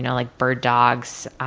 and like bird dogs,